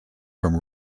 from